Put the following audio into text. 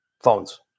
phones